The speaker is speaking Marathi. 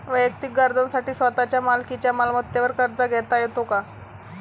वैयक्तिक गरजांसाठी स्वतःच्या मालकीच्या मालमत्तेवर कर्ज घेता येतो का?